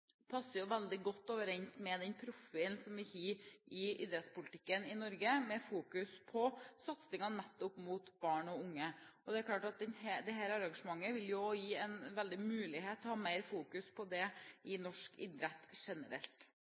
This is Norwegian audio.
passer veldig godt med den profilen som vi har i idrettspolitikken i Norge, med fokusering på satsingen nettopp på barn og unge. Det er klart at dette arrangementet også vil gi en stor mulighet til å ha mer fokusering på det i norsk idrett generelt.